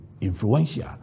influential